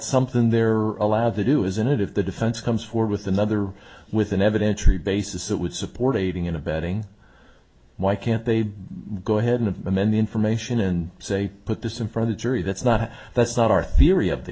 something they're allowed to do isn't it if the defense comes forward with another with an evidentiary basis that would support aiding and abetting why can't they go ahead and amend the information and say put this in for the jury that's not that's not our theory of the